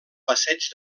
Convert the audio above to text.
passeig